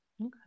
okay